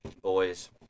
boys